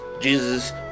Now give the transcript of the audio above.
Jesus